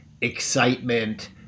excitement